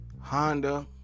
Honda